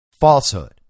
falsehood